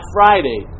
Friday